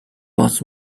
was